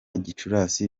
gicurasi